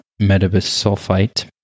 metabisulfite